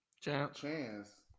chance